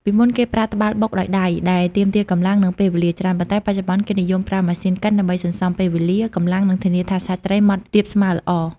ពីមុនគេប្រើត្បាល់បុកដោយដៃ ដែលទាមទារកម្លាំង និងពេលវេលាច្រើន ប៉ុន្តែបច្ចុប្បន្នគេនិយមប្រើម៉ាស៊ីនកិនដើម្បីសន្សំពេលវេលា កម្លាំង និងធានាថាសាច់ត្រីម៉ដ្ឋរាបស្មើល្អ។